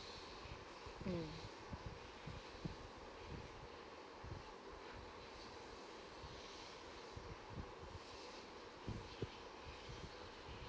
mm